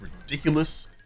ridiculous